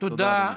תודה.